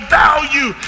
value